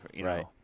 Right